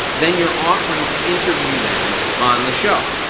then you're offering to interview them on the show.